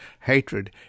hatred